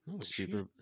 Super